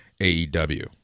aew